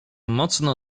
mocno